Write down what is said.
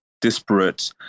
disparate